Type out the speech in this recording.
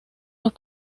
los